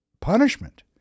punishment